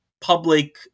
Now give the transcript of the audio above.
public